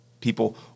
People